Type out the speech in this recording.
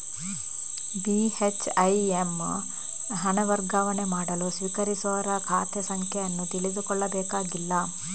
ಬಿ.ಹೆಚ್.ಐ.ಎಮ್ ಹಣ ವರ್ಗಾವಣೆ ಮಾಡಲು ಸ್ವೀಕರಿಸುವವರ ಖಾತೆ ಸಂಖ್ಯೆ ಅನ್ನು ತಿಳಿದುಕೊಳ್ಳಬೇಕಾಗಿಲ್ಲ